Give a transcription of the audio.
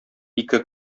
ике